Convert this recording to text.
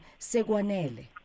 Seguanele